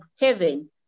heaven